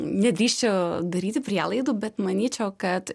nedrįsčiau daryti prielaidų bet manyčiau kad